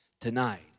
tonight